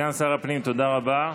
סגן שר הפנים, תודה רבה.